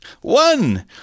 One